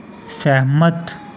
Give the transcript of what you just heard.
सैह्मत